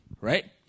Right